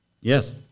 Yes